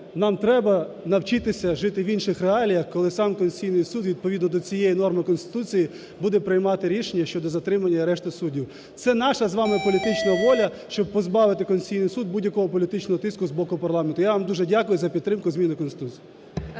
нам треба навчитися жити в інших реаліях, коли сам Конституційний Суд відповідно до цієї норми Конституції буде приймати рішення щодо затримання і арешту суддів. Це наша з вами політична воля, щоб позбавити Конституційний Суд будь-якого політичного тиску з боку парламенту. Я вам дуже дякую за підтримку змін до Конституції.